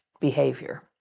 behavior